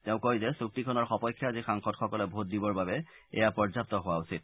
তেওঁ কয় যে চুক্তিখনৰ সপক্ষে আজি সাংসদসকলে ভোট দিবৰ বাবে এয়া পৰ্যাপ্ত হোৱা উচিত